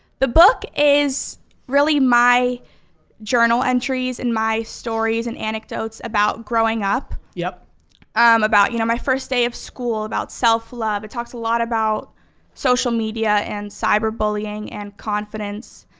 the book is really my journal entries and my stories and anecdotes about growing up, yeah about you know my first day of school, about self love, it talks a lot about social media and cyber bullying and confidence